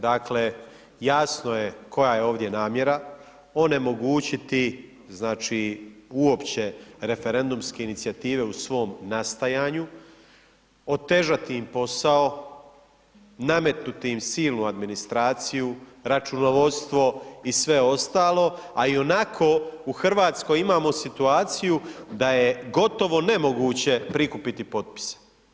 Dakle, jasno je koja je ovdje namjera, onemogućiti, znači, uopće referendumske inicijative u svom nastajanju, otežati im posao, nametnuti im silnu administraciju, računovodstvo i sve ostalo, a ionako u RH imamo situaciju da je gotovo nemoguće prikupiti potpise.